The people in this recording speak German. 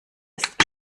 ist